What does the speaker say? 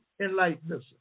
enlightenment